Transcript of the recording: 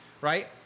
right